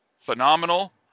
phenomenal